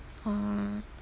uh